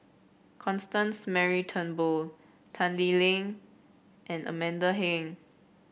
Constance Mary Turnbull Tan Lee Leng and Amanda Heng